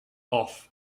off